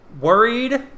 worried